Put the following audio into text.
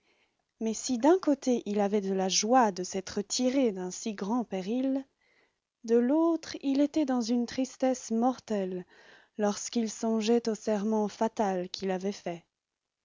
mais si d'un côté il avait de la joie de s'être tiré d'un si grand péril de l'autre il était dans une tristesse mortelle lorsqu'il songeait au serment fatal qu'il avait fait